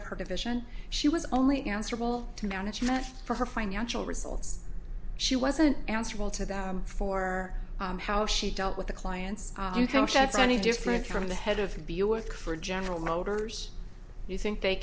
of her division she was only answerable to management for her financial results she wasn't answerable to that for how she dealt with the clients that's any different from the head of the you work for general motors you think they